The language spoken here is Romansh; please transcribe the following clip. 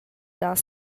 dar